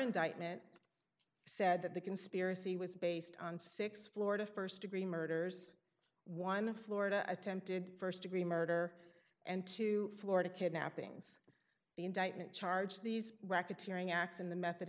indictment said that the conspiracy was based on six florida st degree murders one in florida attempted st degree murder and two florida kidnappings the indictment charge these racketeering acts in the method